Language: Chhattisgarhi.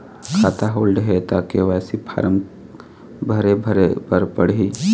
खाता होल्ड हे ता के.वाई.सी फार्म भरे भरे बर पड़ही?